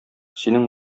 синең